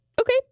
Okay